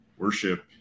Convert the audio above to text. worship